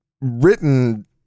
written